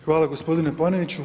Hvala gospodinu Paneniću.